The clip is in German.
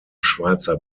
schweizer